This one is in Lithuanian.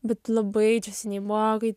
bet labai čia seniai buvo kai